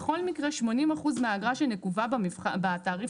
בכל מקרה 80% מהאגרה שנקובה בתעריף